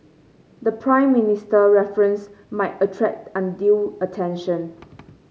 the Prime Minister reference might attract undue attention